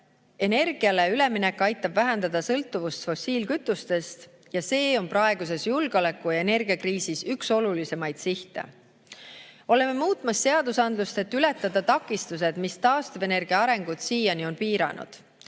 energiale üleminek aitab vähendada sõltuvust fossiilkütustest ning see on praeguses julgeoleku- ja energiakriisis üks olulisimaid sihte. Oleme muutmas seadusandlust, et ületada takistused, mis taastuvenergia arengut siiani on piiranud.